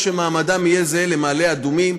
שמעמדן יהיה זהה לזה של מעלה אדומים,